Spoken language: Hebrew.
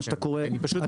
מה שאתה קורא הגבלה.